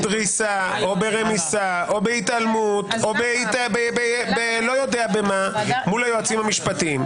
בדריסה או ברמיסה או בהתעלמות או לא יודע במה מול היועצים המשפטיים.